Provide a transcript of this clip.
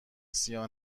سیاه